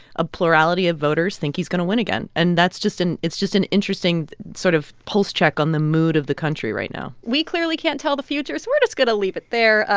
a plurality of voters think he's going to win again and that's just an it's just an interesting sort of pulse check on the mood of the country right now we clearly can't tell the future, so we're just going to leave it there.